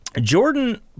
Jordan